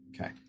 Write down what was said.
Okay